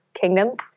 kingdoms